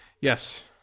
Yes